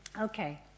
Okay